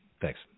Thanks